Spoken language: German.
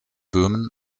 böhmen